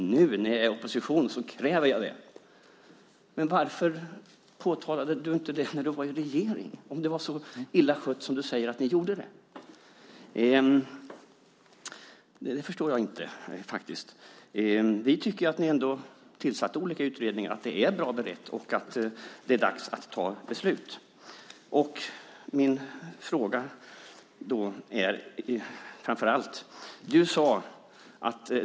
Nu, när jag är i opposition, kräver jag det. Varför påtalade du inte det när du satt i regeringen om det var så illa skött som du säger? Det förstår jag inte. Vi tycker att ni tillsatte utredningar och att det är bra berett och att det är dags att fatta beslut.